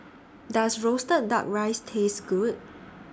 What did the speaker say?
Does Roasted Duck Rice Taste Good